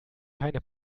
keine